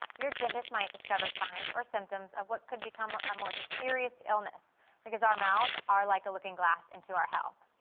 your dentist might discover signs or symptoms of what could become a more serious illness because our mouths are like a looking glass into our health.